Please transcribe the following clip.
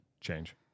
Change